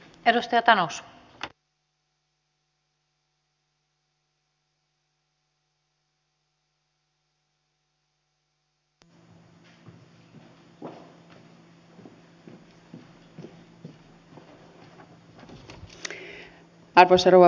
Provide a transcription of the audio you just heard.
arvoisa rouva puhemies